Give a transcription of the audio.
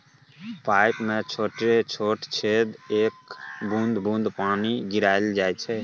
pipe मे छोट छोट छेद कए बुंद बुंद पानि गिराएल जाइ छै